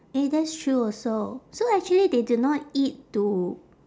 eh that's true also so actually they do not eat to